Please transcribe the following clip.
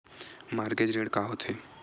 Mortgage ऋण का होथे?